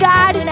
God